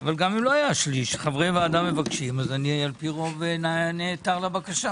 אבל גם לו לא היה שליש חברי ועדה מבקשים אני לרוב נעתר לבקשה.